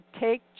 take